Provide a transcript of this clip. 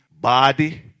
body